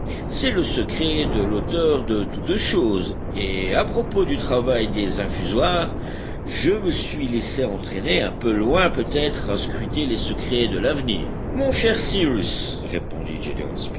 c'est le secret de l'auteur de toutes choses et à propos du travail des infusoires je me suis laissé entraîner un peu loin peut-être à scruter les secrets de l'avenir mon cher cyrus répondit